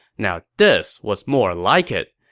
now this was more like it.